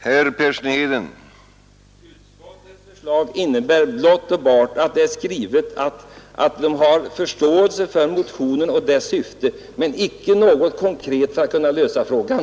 Herr talman! Utskottets skrivning innebär bara att utskottet har uttalat förståelse för motionen och dess syfte, men utskottet har inte något konkret för att kunna lösa frågan.